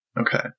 Okay